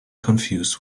confused